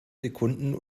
sekunden